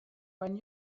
when